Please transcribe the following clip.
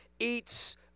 eats